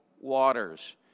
waters